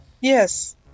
Yes